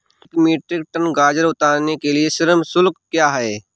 एक metric ton गाजर उतारने के लिए श्रम शुल्क क्या है?